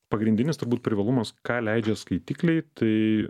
pagrindinis turbūt privalumas ką leidžia skaitikliai tai